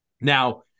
Now